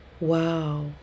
Wow